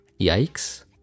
yikes